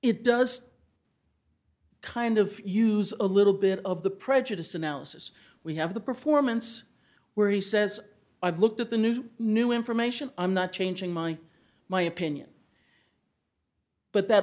it does kind of use a little bit of the prejudice analysis we have the performance where he says i've looked at the new new information i'm not changing my my opinion but that